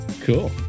cool